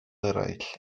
eraill